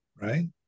right